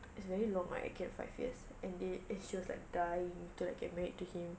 it's very long right I cannot five years and they and she was like dying to get married to him